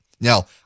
Now